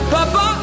Papa